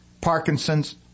Parkinson's